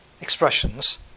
expressions